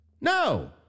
No